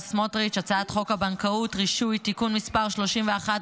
סמוטריץ' הצעת חוק הבנקאות (רישוי) (תיקון מס' 31),